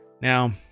Now